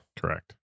Correct